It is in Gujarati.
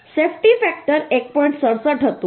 67 હતું